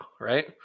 right